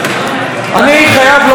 עמיתיי חברי הכנסת,